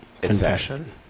confession